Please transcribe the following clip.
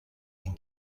این